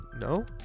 No